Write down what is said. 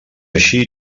així